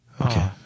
Okay